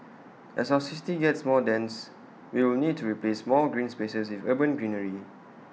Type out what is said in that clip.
as our city gets more dense we will need to replace more green spaces urban greenery